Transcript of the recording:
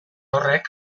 horrek